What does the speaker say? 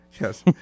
Yes